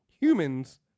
humans